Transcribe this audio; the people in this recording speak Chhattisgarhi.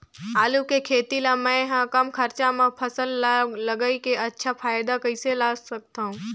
आलू के खेती ला मै ह कम खरचा मा फसल ला लगई के अच्छा फायदा कइसे ला सकथव?